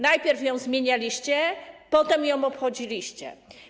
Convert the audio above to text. Najpierw ją zmienialiście, potem ją obchodziliście.